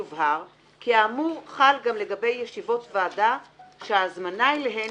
יובהר כי האמור חל גם לגבי ישיבות ועדה שההזמנה אליהן